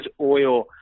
oil